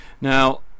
Now